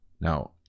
Now